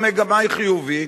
המגמה היא חיובית.